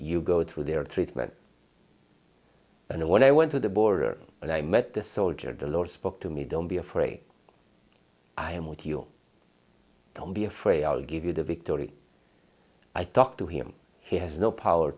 you go through their treatment and when i went to the border and i met the soldier the lord spoke to me don't be afraid i am with you don't be afraid i'll give you the victory i talked to him he has no power